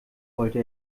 wollte